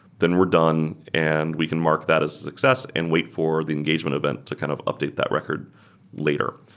then we're done and we can mark that as a success and wait for the engagement event to kind of update that record later.